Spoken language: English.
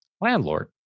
landlord